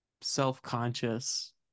self-conscious